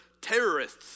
terrorists